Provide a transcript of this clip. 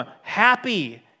happy